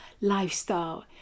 lifestyle